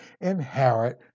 inherit